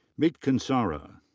meet kansara.